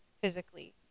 physically